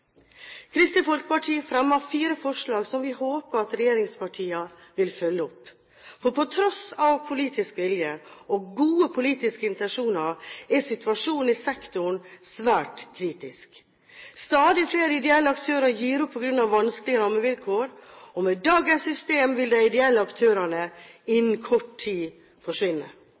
Kristelig Folkeparti fremmet fire forslag som vi håper at regjeringspartiene vil følge opp. For på tross av politisk vilje og gode politiske intensjoner er situasjonen i sektoren svært kritisk. Stadig flere ideelle aktører gir opp på grunn av vanskelige rammevilkår, og med dagens system vil de ideelle aktørene innen kort tid forsvinne.